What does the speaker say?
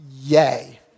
yay